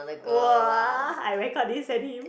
!wah! I record this send him